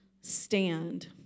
stand